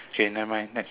okay nevermind next